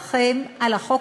עסקו.